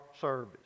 service